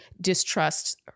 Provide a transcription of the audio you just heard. distrust